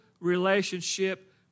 relationship